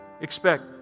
expect